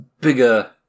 bigger